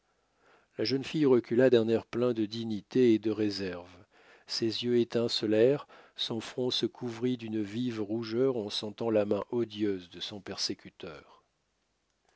la jeune fille recula d'un air plein de dignité et de réserve ses yeux étincelèrent son front se couvrit d'une vive rougeur en sentant la main odieuse de son persécuteur